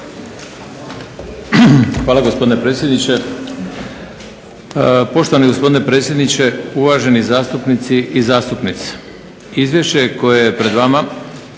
Hvala gospodine predsjedniče. Poštovani gospodine predsjedniče, uvaženi zastupnici i zastupnice izvješće koje je pred vama